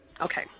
Okay